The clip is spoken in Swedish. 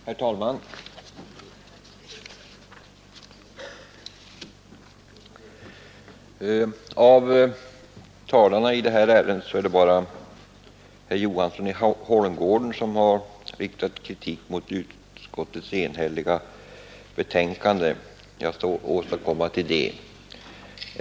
Herr talman! Av talarna i det här ärendet är det bara herr Johansson i Holmgården som har riktat kritik mot utskottets enhälliga betänkande. Jag skall återkomma till det.